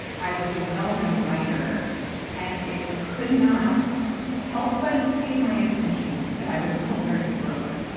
i was a well-known writer and it could not help but escape my attention that i was still very broke.